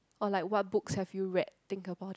or like what books have you read think about it